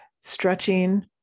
stretching